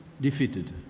defeated